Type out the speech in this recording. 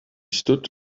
stood